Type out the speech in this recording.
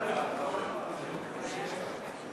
ההגירה של מדינת ישראל.